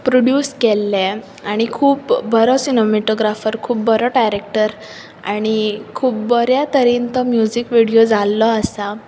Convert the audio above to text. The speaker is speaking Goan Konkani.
प्रोड्यूस केल्लें आनी खूब बरो सिनमॅटोग्राफर खूब बरो डायरेक्टर आनी खूब बऱ्या तरेन तो म्युझिक विडियो जाल्लो आसा